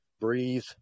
breathe